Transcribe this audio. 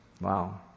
Wow